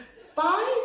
five